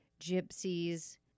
Gypsies